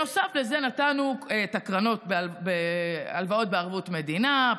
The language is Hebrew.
נוסף לזה נתנו את הקרנות בהלוואות בערבות מדינה,